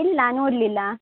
ಇಲ್ಲ ನೋಡಲಿಲ್ಲ